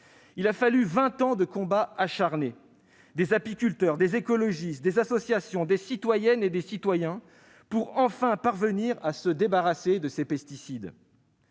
Il a fallu vingt ans de combat acharné des apiculteurs, des écologistes, des associations, des citoyennes et des citoyens pour enfin parvenir à se débarrasser de ces pesticides.